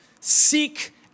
Seek